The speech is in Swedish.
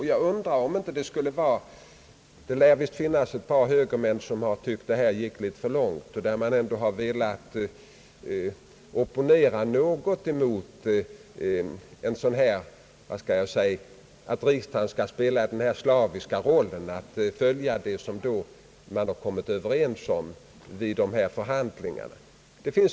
Ett par högermän lär ha tyckt att detta system gick litet för långt och har velat opponera sig något emot att riksdagen skalll spela denna slaviska roll att följa det som man har kommit överens om vid dessa förhandlingar.